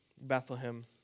Bethlehem